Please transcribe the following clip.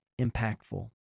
impactful